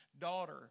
daughter